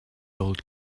old